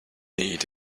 need